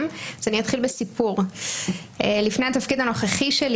יש מתח בין הערכים היהודיים